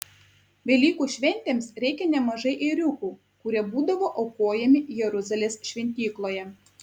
velykų šventėms reikia nemažai ėriukų kurie būdavo aukojami jeruzalės šventykloje